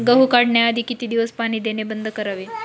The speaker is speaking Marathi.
गहू काढण्याआधी किती दिवस पाणी देणे बंद करावे?